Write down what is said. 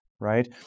right